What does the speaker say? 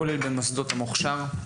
כולל במוסדות המוכש"ר.